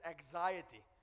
anxiety